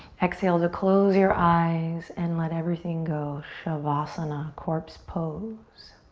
exhale to close your eyes and let everything go. shavasana, corpse pose.